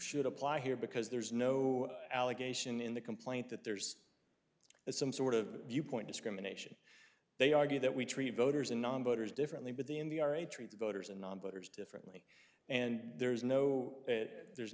should apply here because there's no allegation in the complaint that there's a some sort of viewpoint discrimination they argue that we treat voters and nonvoters differently but the in the ira treats voters and nonvoters differently and there's no there's